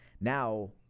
Now